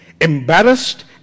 Embarrassed